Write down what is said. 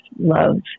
love